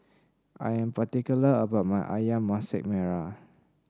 I am particular about my ayam Masak Merah